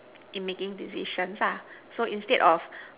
in making decisions lah so instead of